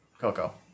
Coco